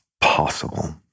possible